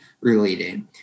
related